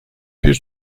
bir